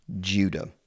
Judah